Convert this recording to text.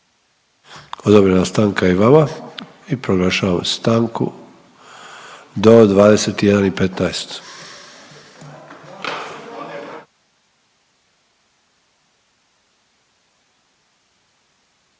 Odobrena stanka je i vama i proglašavam stanku do 21 i 15.